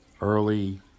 early